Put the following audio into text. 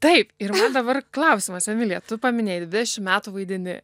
taip ir dabar klausimas emilija tu paminėjai dvišim metų vaidini